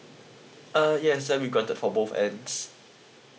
uh yes and we granted for both ends